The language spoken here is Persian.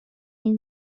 این